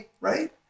right